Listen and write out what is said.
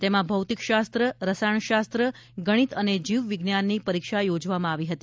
તેમાં ભૌતિક શાસ્ત્ર રસાયણ શાસ્ત્ર ગણિત અને જીવ વિજ્ઞાનની પરીક્ષા યોજવામાં આવી હતી